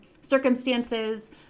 circumstances